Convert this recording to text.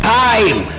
time